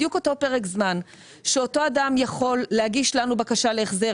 בדיוק אותו פרק זמן שאותו אדם יכול להגיש לנו בקשה להחזר